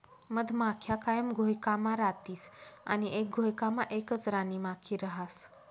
मधमाख्या कायम घोयकामा रातीस आणि एक घोयकामा एकच राणीमाखी रहास